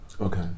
Okay